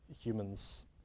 humans